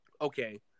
okay